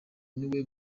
niwe